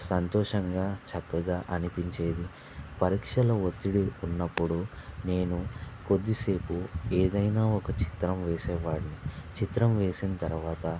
సంతోషంగా చక్కగా అనిపించేది పరీక్షల ఒత్తిడి ఉన్నప్పుడు నేను కొద్దిసేపు ఏదైనా ఒక చిత్రం వేసేవాడిని చిత్రం వేసిన తరువాత